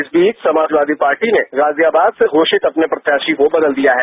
इस बीच समाजवादी पार्टी ने गाजियाबाद से घोषित अपने प्रत्याशी को बदल दिया है